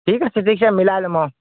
ঠিক আছে ঠিক আছে মিলাই ল'ম অঁ